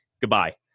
Goodbye